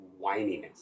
whininess